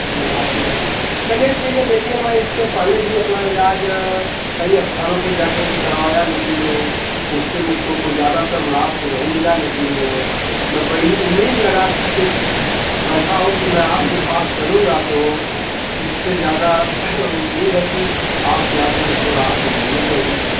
है चलिए ठीक है देखिए में इसके पहले भी अपना इलाज कई स्थानों पर जा करके करवाया लेकिन उससे मुझको ज्यादा कोई ज्यादातर लाभ तो नही मिला लेकिन में बड़ी उम्मीद लगा करके बैठा हूँ की मैं आपके पास चलूँगा तो इससे ज्यादा उम्मीद है कि आपके यहाँ से मुझको राहत तो मिलनी चाहिए